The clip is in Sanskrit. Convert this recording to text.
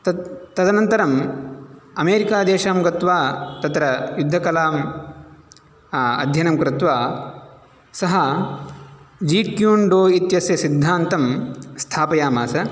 तत् तदनन्तरम् अमेरिकदेशं गत्वा तत्र युद्धकलां अध्ययनं कृत्वा सः जिक्युण्डु इत्यस्य सिद्धान्तं स्थापयामास